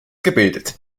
gebildet